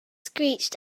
screeched